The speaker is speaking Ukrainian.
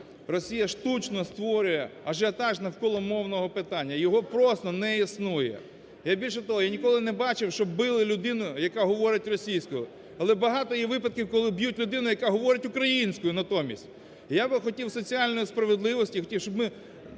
Росія штучно створює ажіотаж навколо мовного питання. Його просто не існує. Більше того, я ніколи не бачив, щоб били людину, яка говорить російською, але багато є випадків, коли б'ють людину, яка говорить українською натомість. Я би хотів соціальної справедливості, хотів,